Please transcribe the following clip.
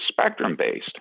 spectrum-based